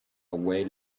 away